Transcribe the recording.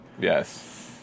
Yes